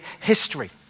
history